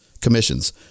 commissions